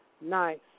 nice